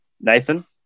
Nathan